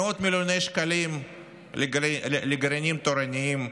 מאות מיליוני שקלים לגרעינים תורניים,